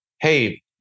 hey